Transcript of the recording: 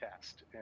test